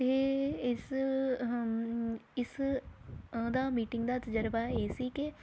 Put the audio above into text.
ਅਤੇ ਇਸ ਇਸ ਉਹਦਾ ਮੀਟਿੰਗ ਦਾ ਤਜ਼ਰਬਾ ਇਹ ਸੀ ਕਿ